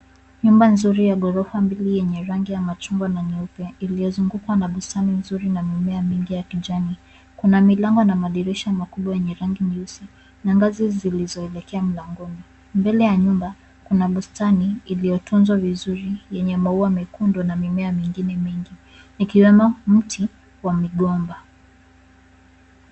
Nyumba nzuri ya ghorofa mbili yenye rangi ya machungwa na nyeupe iliyozungukwa na bustani nzuri na mimea mingi ya kijani. Kuna milango na madirisha makubwa yenye rangi nyeusi na ngazi zilizoelekea mlagoni. Mbele ya nyumba kuna bustani iliyotunzwa vizuri yenye maua mekundu na mimea mengine mengi ikiwemo mti wa migomba.